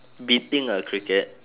beating a cricket